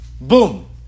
boom